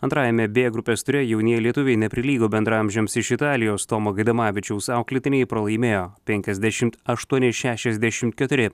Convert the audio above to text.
antrajame b grupės ture jaunieji lietuviai neprilygo bendraamžiams iš italijos tomo gaidamavičiaus auklėtiniai pralaimėjo penkiasdešimt aštuoni šešiasdešim keturi